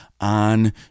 on